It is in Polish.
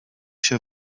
się